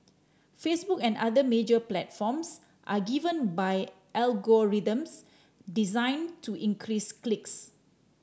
Facebook and other major platforms are given by algorithms designed to increase clicks